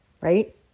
right